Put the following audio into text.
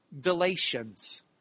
Galatians